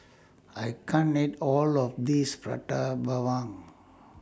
I can't eat All of This Prata Bawang